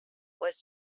was